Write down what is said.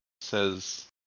says